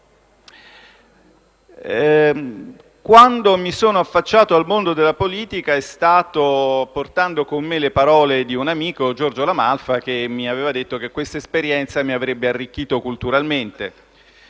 Quando mi sono affacciato al mondo della politica, l'ho fatto portando con me le parole di un amico, Giorgio La Malfa, che mi aveva detto che questa esperienza mi avrebbe arricchito culturalmente.